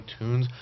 iTunes